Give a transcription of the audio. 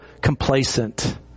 complacent